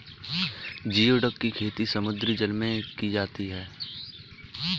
geoduck की खेती समुद्री जल में की जाती है